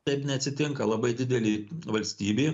taip neatsitinka labai didelė valstybė